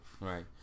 Right